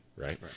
right